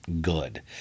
good